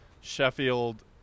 Sheffield –